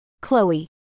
Chloe